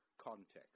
context